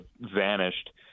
vanished